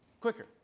quicker